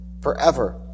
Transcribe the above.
forever